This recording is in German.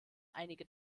einige